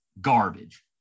garbage